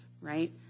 right